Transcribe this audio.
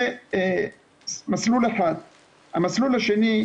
זה מסלול אחד המסלול השני,